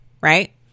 right